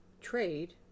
trade